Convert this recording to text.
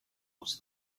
was